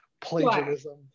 plagiarism